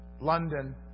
London